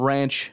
Ranch